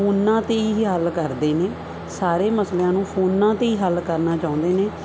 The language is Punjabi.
ਫੋਨਾਂ 'ਤੇ ਹੀ ਹੱਲ ਕਰਦੇ ਨੇ ਸਾਰੇ ਮਸਲਿਆਂ ਨੂੰ ਫੋਨਾਂ 'ਤੇ ਹੀ ਹੱਲ ਕਰਨਾ ਚਾਹੁੰਦੇ ਨੇ